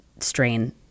Strain